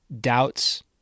doubts